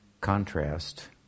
contrast